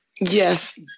Yes